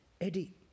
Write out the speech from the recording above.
Eddie